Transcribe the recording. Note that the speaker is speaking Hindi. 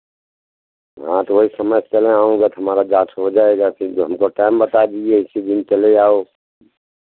हाँ तो वहीं समय से चले आऊंगा तो हमारा जाँच हो जाएगा फिर जो हमको टाइम बता दीजिये उसी दिन चले आओ